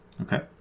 Okay